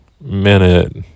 minute